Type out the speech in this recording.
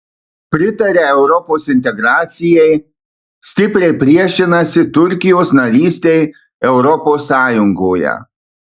pritaria europos integracijai stipriai priešinasi turkijos narystei europos sąjungoje